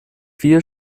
vier